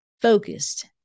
focused